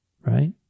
Right